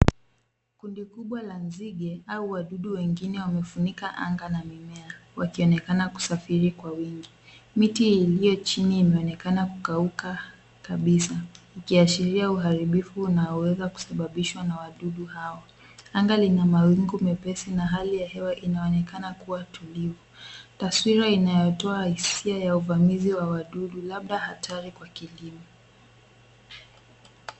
Kundi kubwa la nzige au wadudu wengine wamefunika anga na mimea wakionekana kusafiri kwa wingi. Miti iliyo chini imeonekana kukauka kabisa ikiashiria uharibifu unaoweza kusababishwa na wadudu hao. Anga lina mawingu mepesi na hali ya hewa inaonekana kuwa tulivu, taswira inayotoa hisia ya uvamizi wa wadudu labda hatari kwa kilimo.